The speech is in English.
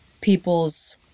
people's